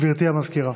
גברתי המזכירה.